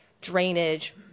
drainage